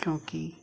ਕਿਉਂਕਿ